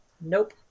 Nope